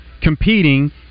competing